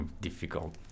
difficult